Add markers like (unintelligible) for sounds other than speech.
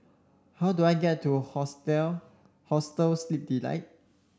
how do I get to (unintelligible) Hostel Sleep Delight